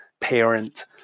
Parent